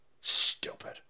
Stupid